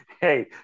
Hey